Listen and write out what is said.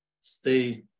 stay